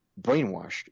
brainwashed